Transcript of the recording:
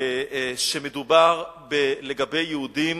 שמדובר בו לגבי יהודים